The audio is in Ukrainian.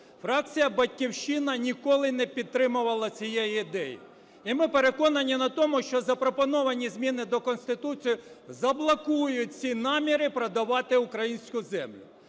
Фракція "Батьківщина" ніколи не підтримувала цієї ідеї, і ми переконані в тому, що запропоновані зміни до Конституції заблокують ці наміри продавати українську землю.